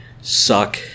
suck